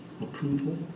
approval